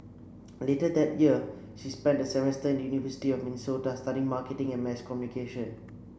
later that year she spent a semester in the University of Minnesota studying marketing and mass communication